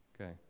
okay